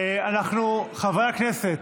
הכנסת, חברי הכנסת,